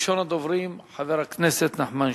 ראשון הדוברים, חבר הכנסת נחמן שי,